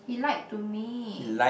he lied to me